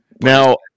Now